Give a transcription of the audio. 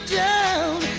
down